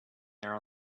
there